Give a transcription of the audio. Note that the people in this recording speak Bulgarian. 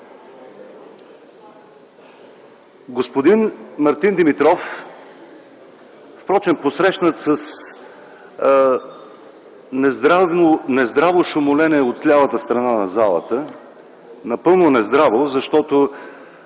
Господин Мартин Димитров (посрещнат впрочем с нездраво шумолене от лявата страна на залата, напълно нездраво, защото